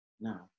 now